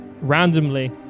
randomly